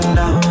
now